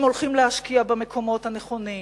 אם הולכים להשקיע במקומות הנכונים.